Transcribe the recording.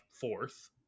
fourth